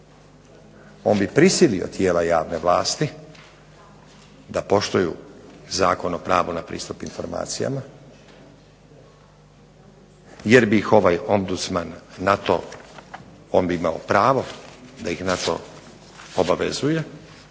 On bi prisilio tijela javne vlasti da poštuju Zakon o pravu na pristup informacijama jer bi ih ovaj ombdusman na to on bi imao pravo da ih na to obavezuje,